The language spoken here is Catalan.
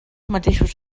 mateixos